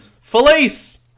Felice